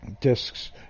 discs